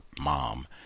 mom